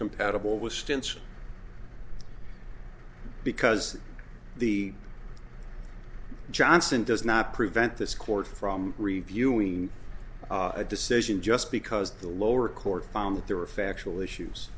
compatible with stance because the johnson does not prevent this court from reviewing a decision just because the lower court found that there are factual issues